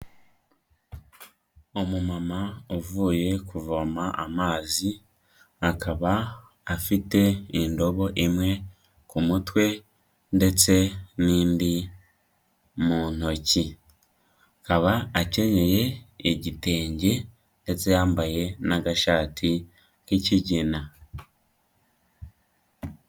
Umumama uvuye kuvoma amazi, akaba afite indobo imwe ku mutwe ndetse n'indi mu ntoki, akaba akenyeye igitenge ndetse yambaye n'agashati k'ikigina.